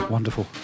Wonderful